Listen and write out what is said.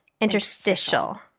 interstitial